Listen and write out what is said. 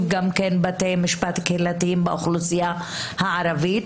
בתי משפט קהילתיים לאוכלוסייה הערבית.